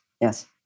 Yes